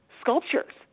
sculptures